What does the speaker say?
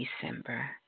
December